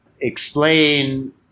explain